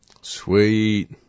Sweet